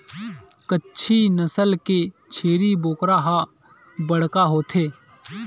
कच्छी नसल के छेरी बोकरा ह बड़का होथे